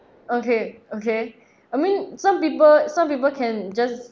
okay okay I mean some people some people can just